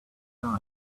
them